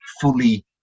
fully